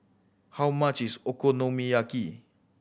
how much is Okonomiyaki